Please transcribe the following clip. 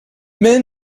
men